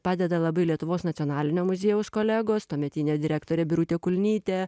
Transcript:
padeda labai lietuvos nacionalinio muziejaus kolegos tuometinė direktorė birutė kulnytė